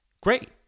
great